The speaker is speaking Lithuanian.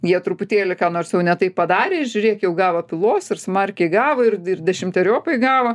jie truputėlį ką nors jau ne taip padarė ir žiūrėk jau gavo pylos ir smarkiai gavo ir ir dešimteriopai gavo